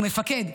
הוא מפקד,